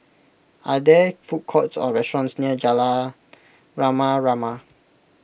are there food courts or restaurants near Jalan Rama Rama